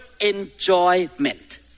enjoyment